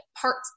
parts